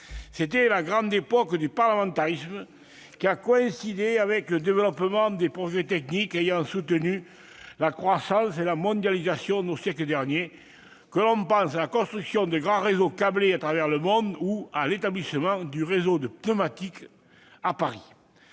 C'était la grande époque du parlementarisme, qui a coïncidé avec le développement des progrès techniques ayant soutenu la croissance et la mondialisation au siècle dernier, que l'on pense à la construction de grands réseaux câblés à travers le monde ou à l'établissement du réseau de pneumatiques dans Paris.